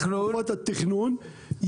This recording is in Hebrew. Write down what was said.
תקופת התכנון,